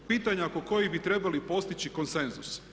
Pitanja oko kojih bi trebali postići konsenzus.